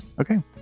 Okay